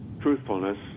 truthfulness